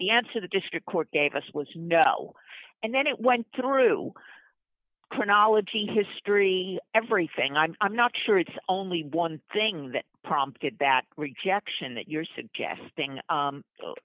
the answer the district court gave us was no and then it went through chronology history everything i'm not sure it's only one thing that prompted that rejection that you're suggesting